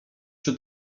czy